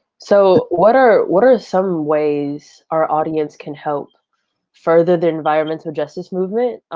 so what are what are some ways our audience can help further the environmental justice movement?